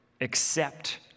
Accept